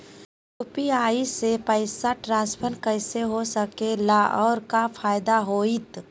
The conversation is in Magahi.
यू.पी.आई से पैसा ट्रांसफर कैसे हो सके ला और का फायदा होएत?